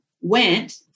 went